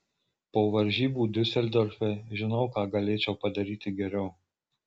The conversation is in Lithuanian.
po varžybų diuseldorfe žinau ką galėčiau padaryti geriau